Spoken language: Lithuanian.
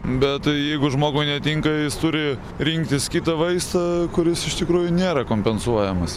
bet tai jeigu žmogui netinka jis turi rinktis kitą vaistą kuris iš tikrųjų nėra kompensuojamas